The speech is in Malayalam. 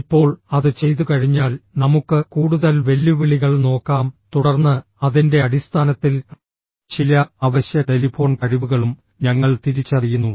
ഇപ്പോൾ അത് ചെയ്തുകഴിഞ്ഞാൽ നമുക്ക് കൂടുതൽ വെല്ലുവിളികൾ നോക്കാം തുടർന്ന് അതിന്റെ അടിസ്ഥാനത്തിൽ ചില അവശ്യ ടെലിഫോൺ കഴിവുകളും ഞങ്ങൾ തിരിച്ചറിയുന്നു